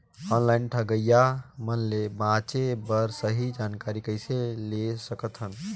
Online ठगईया मन ले बांचें बर सही जानकारी कइसे ले सकत हन?